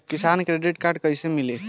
किसान credit card कइसे मिली?